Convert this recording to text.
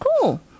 cool